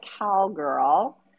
cowgirl